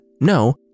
no